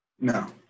No